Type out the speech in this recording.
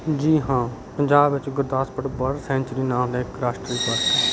ਜੀ ਹਾਂ ਪੰਜਾਬ ਵਿੱਚ ਗੁਰਦਾਸਪੁਰ ਬਰਡ ਸੈਂਚਰੀ ਨਾਂ ਦਾ ਇੱਕ ਰਾਸ਼ਟਰੀ ਪਾਰਕ ਹੈ